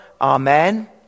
Amen